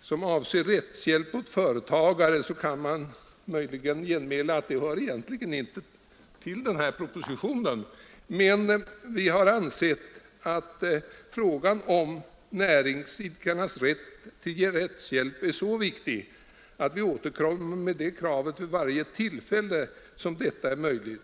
som avser rättshjälp åt företagare, kan det möjligen genmälas att det egentligen inte hör till denna proposition. Men vi anser att frågan om näringsidkarnas rätt till rättshjälp är så viktig att vi återkommer med det kravet vid varje tillfälle som detta är möjligt.